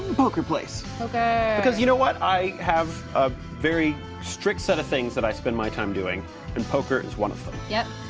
poker place. poker. because, you know what? i have a very strict set of things that i spend my time doing and poker is one of them. yep.